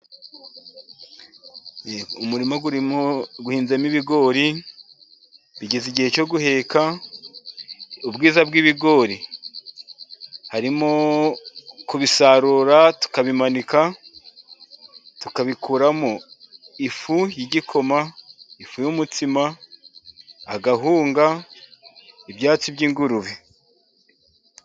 Umurima urimo uhinzemo ibigori bigeze igihe cyo guheka, ubwiza bw'ibigori harimo kubisarura, tukabimanika, tukabikuramo ifu y'igikoma, ifu y'umutsima, agahunga, ibyatsi by'ingurube.